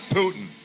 Putin